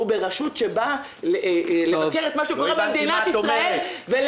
הוא ברשות שבאה לבקר את מה שקורה במדינת ישראל,